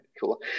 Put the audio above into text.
cool